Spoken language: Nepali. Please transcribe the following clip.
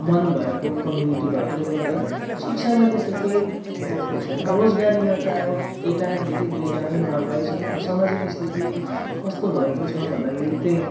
मन भएको कम्युनिटी भएकोले गर्दा शिक्षामा त्यस्तो केही रोकटोक छैन रोजगारीमा त अब केटा न केटी दुईजनालाई नै मर्कै छ र सामाजिक स्थिति कस्तो भएको छ भन्दाखेरि त्यही